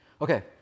Okay